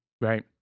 Right